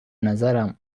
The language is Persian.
نظرم